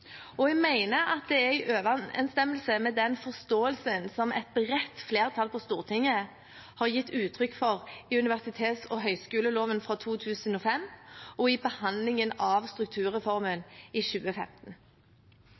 forståelsen som et bredt flertall på Stortinget har gitt uttrykk for i universitets- og høyskoleloven fra 2005 og i behandlingen av strukturreformen i 2015.